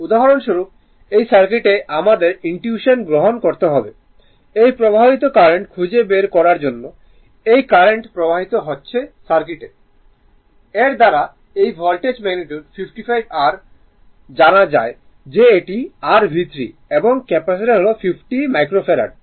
উদাহরণস্বরূপ এই সার্কিটে আমাদের ইনটিউশন গঠন করতে হবে এই প্রবাহিত কারেন্ট খুঁজে বের করার জন্যে এই কারেন্ট প্রবাহিত হচ্ছে সার্কিট I এর দ্বারা এই ভোল্টেজ ম্যাগনিটিউড 55 r ভোল্ট জানা যায় যে এটি r V3 এবং ক্যাপাসিটার হল 50 মাইক্রোফ্যারাড